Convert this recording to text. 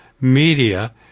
media